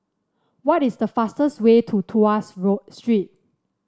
what is the fastest way to Tuas Road Street